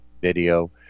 video